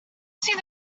sydd